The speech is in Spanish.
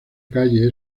calle